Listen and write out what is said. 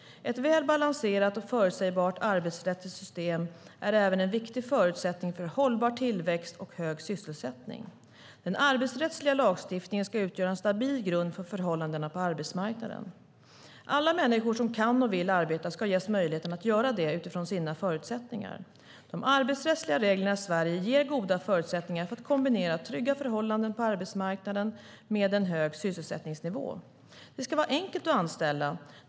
Ett väl balanserat och förutsägbart arbetsrättsligt system är även en viktig förutsättning för hållbar tillväxt och hög sysselsättning. Den arbetsrättsliga lagstiftningen ska utgöra en stabil grund för förhållandena på arbetsmarknaden. Alla människor som kan och vill arbeta ska ges möjlighet att göra det utifrån sina förutsättningar. De arbetsrättsliga reglerna i Sverige ger goda förutsättningar för att kombinera trygga förhållanden på arbetsmarknaden med en hög sysselsättningsnivå. Det ska vara enkelt att anställa.